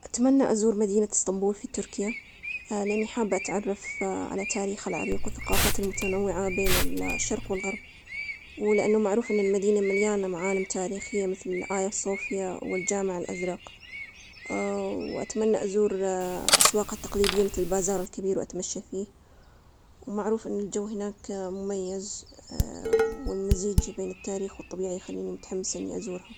أنا احب أن أزور مدينة إسطنبول. من زمان أسمع عنها وأحب تاريخها وثقافتها وعراقتها. عندهم معالم جميلة مثل آية صوفيا والبازال لكبير. وكمان أحب الأكل التركي والمشروبات هناك. أريد استكشف الأزقة والسواق اللي هناك وأعيش أجواء المدينة القديمة. أحس أن في تجربة فريدة بانتظاري هناك لو رحت.